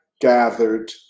gathered